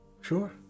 Sure